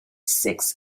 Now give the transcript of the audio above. six